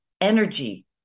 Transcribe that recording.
energy